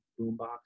boombox